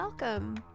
welcome